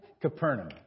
Capernaum